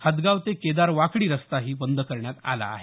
हदगाव ते केदार वाकडी रस्ताही बंद झाला आहे